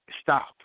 stop